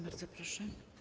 Bardzo proszę.